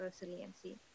resiliency